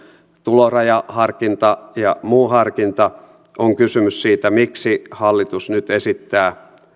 tulorajaharkinta ja muu harkinta on kysymys siitä miksi hallitus nyt esittää